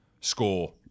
score